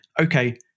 okay